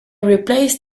replaced